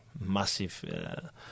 massive